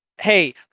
Hey